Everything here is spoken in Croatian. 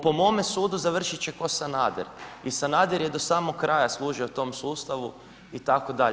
Po mome sudu završit će ko Sanader i Sanader je do samog kraja služio tom sustavu itd.